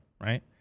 right